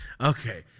Okay